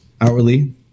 Hourly